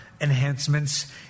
enhancements